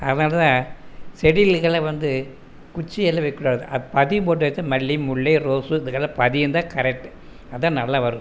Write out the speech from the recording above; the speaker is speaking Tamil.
அதனால்தான் செடிகளுக்கெலாம் இலைகளை வந்து குச்சியால் வைக்கக்கூடாது பதியம் போட்டு வைச்சா மல்லி முல்லை ரோஸ்சு இதுக்கெல்லாம் பதியம் தான் கரெக்ட் அதுதான் நல்லா வரும்